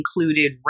included